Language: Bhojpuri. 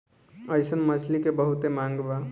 अइसन मछली के बहुते मांग बा